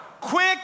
Quick